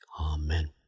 Amen